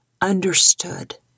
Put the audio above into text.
understood